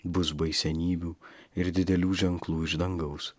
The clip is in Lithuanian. bus baisenybių ir didelių ženklų iš dangaus